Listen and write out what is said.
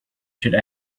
should